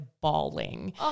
bawling